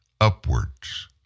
upwards